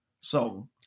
song